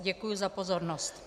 Děkuji za pozornost.